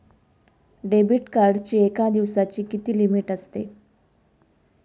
Debit कार्डची एका दिवसाची किती लिमिट असते?